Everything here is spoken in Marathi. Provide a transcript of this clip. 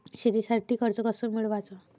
शेतीसाठी कर्ज कस मिळवाच?